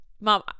mom